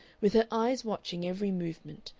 with her eyes watching every movement,